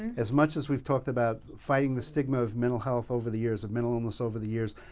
as much as we've talked about fighting the stigma of mental health over the years, of mental illness over the years,